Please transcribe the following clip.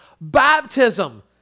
Baptism